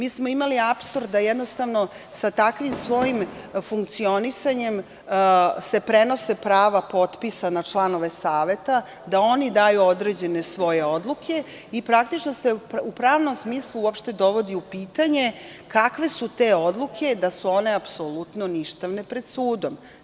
Imali smo apsurd da sa takvim svojim funkcionisanjem se prenose prava potpisa na članove saveta, da oni daju svoje određene odluke i praktično se u pravnom smislu dovodi u pitanje – kakve su te odluke i da su one apsolutno ništavne pred sudom.